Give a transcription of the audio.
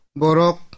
borok